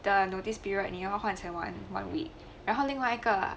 的 notice period 你要换成 one one week 然后另外一个